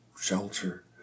shelter